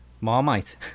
Marmite